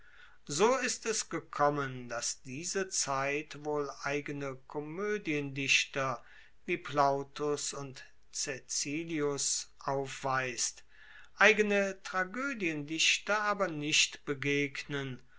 so ist es gekommen dass diese zeit wohl eigene komoediendichter wie plautus und caecilius aufweist eigene tragoediendichter aber nicht begegnen